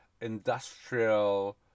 industrial